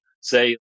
say